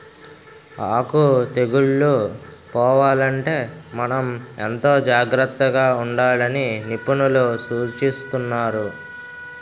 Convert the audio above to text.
ఆకు తెగుళ్ళు పోవాలంటే మనం ఎంతో జాగ్రత్తగా ఉండాలని నిపుణులు సూచిస్తున్నారు